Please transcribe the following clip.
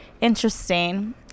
interesting